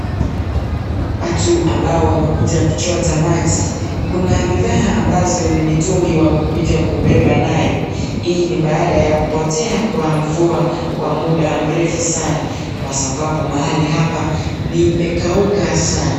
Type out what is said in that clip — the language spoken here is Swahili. Watu ambao wamekuja kuchota maji ,kuna bidhaa ambazo ni mitugi wamekuja kubeba nayo. Hii ni baada ya kupotea kwa mvua kwa muda mrefu sana, kwa sababu mahali apa nimekauka sana.